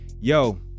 yo